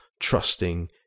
trusting